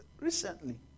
recently